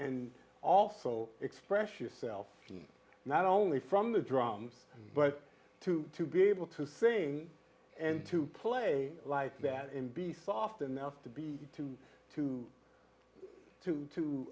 lso express yourself not only from the drums but to to be able to sing and to play like that and be soft enough to be two two two t